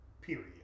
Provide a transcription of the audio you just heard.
period